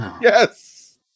Yes